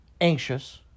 anxious